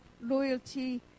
loyalty